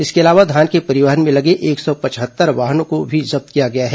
इसके अलावा धान के परिवहन में लगे एक सौ पचहत्तर वाहनों को भी जब्त किया गया है